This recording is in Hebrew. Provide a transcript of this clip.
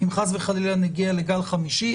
אם חס וחלילה נגיע לגל חמישי,